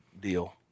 deal